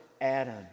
Adam